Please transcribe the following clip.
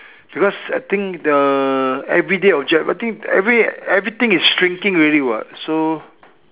because I think the everyday object I think every everything is shrinking already what so